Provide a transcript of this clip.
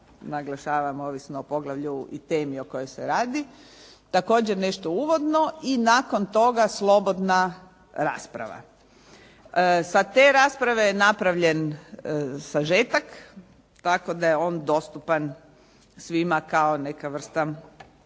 naglašavam ovisno o poglavlju i temi o kojoj se radi, također nešto uvodno i nakon toga slobodna rasprava. Sa te rasprave je napravljen sažetak, tako da je on dostupan svima kao neka vrsta uvida